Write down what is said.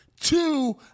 two